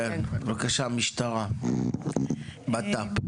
בבקשה, המשרד לביטחון פנים.